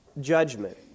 judgment